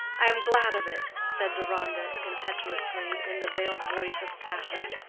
i am glad of it, said deronda, impetuously, in the veiled voice of passion.